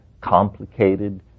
complicated